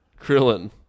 Krillin